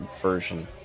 version